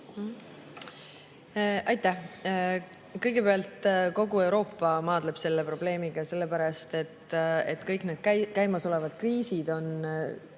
Aitäh! Kõigepealt, kogu Euroopa maadleb selle probleemiga, sellepärast et kõik käimasolevad kriisid on